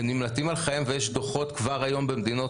הם נמלטים על חייהם ויש דוחות כבר היום במדינות